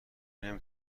نمی